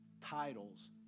titles